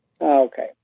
Okay